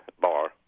bar